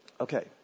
Okay